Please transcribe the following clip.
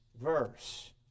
verse